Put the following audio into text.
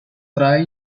trae